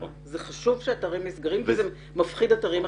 זה חשוב שאתרים נסגרים כי זה מפחיד אתרים אחרים,